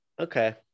okay